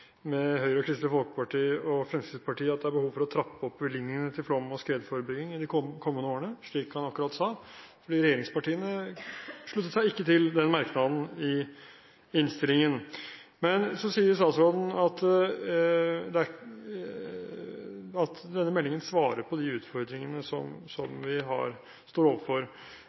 med Høyre, Kristelig Folkeparti og Fremskrittspartiet i at det er behov for å trappe opp bevilgningene til flom- og skredforebygging i de kommende årene – slik han akkurat sa – for regjeringspartiene sluttet seg ikke til den merknaden i innstillingen. Så sier statsråden at denne meldingen svarer på de utfordringene som vi står overfor,